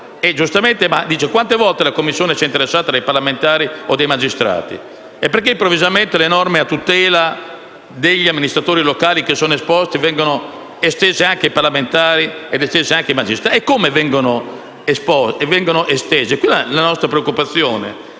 la vita; ma quante volte la Commissione si è interessata dei parlamentari o dei magistrati? E perché, improvvisamente, le norme a tutela degli amministratori locali esposti vengono estese ai parlamentari e ai magistrati? E come vengono estese? La nostra preoccupazione